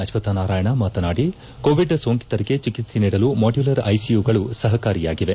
ಅಶ್ವಕ್ಥನಾರಾಯಣ ಮಾತನಾಡಿ ಕೋವಿಡ್ ಸೋಂಕಿತರಿಗೆ ಚಿಕಿತ್ಸೆ ನೀಡಲು ಮಾಡ್ಜುಲರ್ ಐಸಿಯುಗಳು ಸಹಕಾರಿಯಾಗಿದೆ